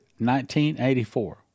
1984